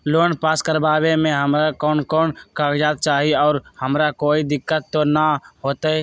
Loan pass करवावे में हमरा कौन कौन कागजात चाही और हमरा कोई दिक्कत त ना होतई?